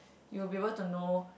you will be able to know